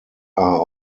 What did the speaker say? are